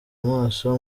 amaso